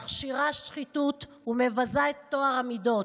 מכשירה שחיתות ומבזה את טוהר המידות.